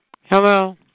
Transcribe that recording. Hello